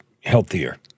healthier